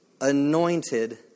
anointed